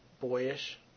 boyish